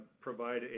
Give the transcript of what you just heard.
provide